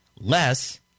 less